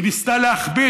היא ניסתה להכביד.